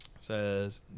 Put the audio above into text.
says